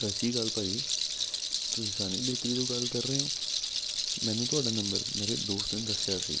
ਸਤਿ ਸ਼੍ਰੀ ਅਕਾਲ ਭਾਅ ਜੀ ਤੁਸੀਂ ਸੰਨੀ ਬੈਕਰੀ ਤੋਂ ਗੱਲ ਕਰ ਰਹੇ ਹੋ ਮੈਨੂੰ ਤੁਹਾਡਾ ਨੰਬਰ ਮੇਰੇ ਦੋਸਤ ਨੇ ਦੱਸਿਆ ਸੀ